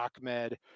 Ahmed